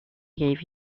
gave